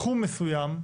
לתחום מסוים,